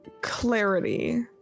Clarity